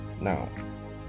Now